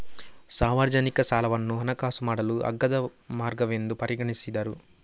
ಸಾರ್ವಜನಿಕ ಸಾಲವನ್ನು ಹಣಕಾಸು ಮಾಡಲು ಅಗ್ಗದ ಮಾರ್ಗವೆಂದು ಪರಿಗಣಿಸಿದರು